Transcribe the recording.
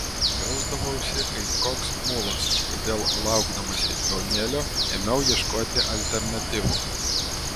jausdavausi kaip koks mulas todėl laukdamasi jaunėlio ėmiau ieškoti alternatyvų